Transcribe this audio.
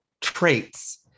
traits